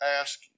ask